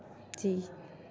जी